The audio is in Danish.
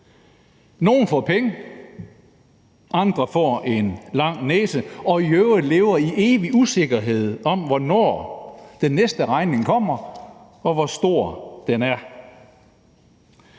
Nogle får penge, andre får en lang næse og lever i øvrigt i evig usikkerhed om, hvornår den næste regning kommer, og hvor stor den er.